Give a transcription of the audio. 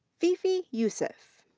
fifi youssef.